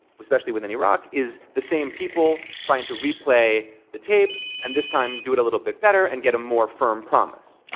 especially within iraq, is the same people trying to replay the tape, and this time, do it a little bit better, and get a more firm promise.